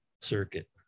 circuit